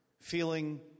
feeling